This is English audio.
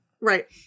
right